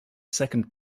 second